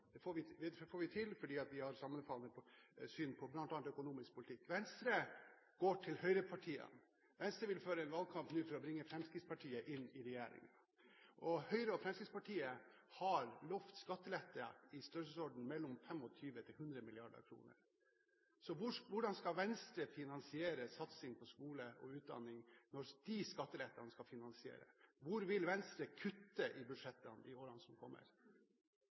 får vi til fordi vi har sammenfallende syn på bl.a. økonomisk politikk. Venstre går til høyrepartiene. Venstre vil føre en valgkamp for å bringe Fremskrittspartiet inn i regjering. Høyre og Fremskrittspartiet har lovet skattelette i størrelsesorden mellom 25 og 100 mrd. kr. Hvordan skal Venstre finansiere satsing på skole og utdanning når disse skattelettene skal finansieres? Hvor vil Venstre kutte i budsjettene i årene som kommer?